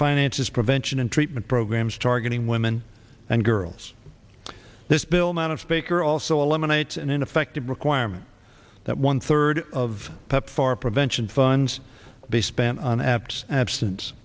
finances prevention and treatment programs targeting women and girls this bill madam speaker also eliminates an ineffective requirement that one third of pepfar prevention funds be spent on ab